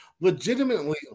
legitimately